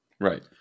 Right